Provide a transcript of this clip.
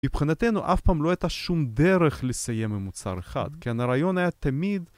מבחינתנו, אף פעם לא הייתה שום דרך לסיים עם מוצר אחד, כי הנ-רעיון היה תמיד